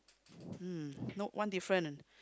um no one different